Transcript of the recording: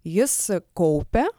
jis kaupia